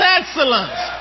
excellence